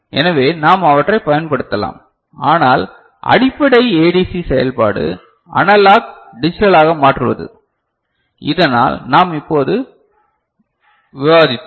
எனவே நாம் அவற்றைப் பயன்படுத்தலாம் ஆனால் அடிப்படை ஏடிசி செயல்பாடு அனலாக் டிஜிட்டலாக மாற்றுவது இதனால் நாம் இப்போது விவாதித்தோம்